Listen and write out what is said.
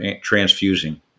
transfusing